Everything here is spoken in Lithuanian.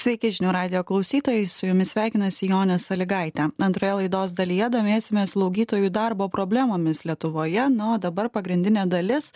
sveiki žinių radijo klausytojai su jumis sveikinasi jonė salygaitė antroje laidos dalyje domėsimės slaugytojų darbo problemomis lietuvoje na o dabar pagrindinė dalis